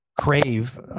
crave